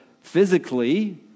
physically